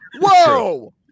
whoa